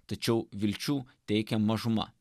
tačiau vilčių teikia mažuma